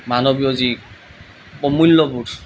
মানৱীয় যি প্ৰমূল্যবোধ